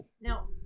Now